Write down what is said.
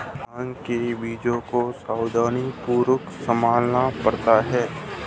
भांग के बीजों को सावधानीपूर्वक संभालना पड़ता है